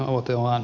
aloitellaan